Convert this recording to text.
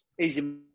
easy